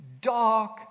dark